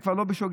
זה כבר לא בשוגג.